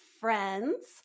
friends